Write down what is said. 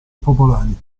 popolari